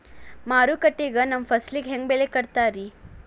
ಮಾರುಕಟ್ಟೆ ಗ ನಮ್ಮ ಫಸಲಿಗೆ ಹೆಂಗ್ ಬೆಲೆ ಕಟ್ಟುತ್ತಾರ ರಿ?